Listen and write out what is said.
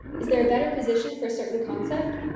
is there a better position for a certain concept?